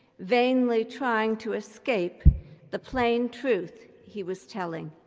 vainly trying to escape the plain truth he was telling.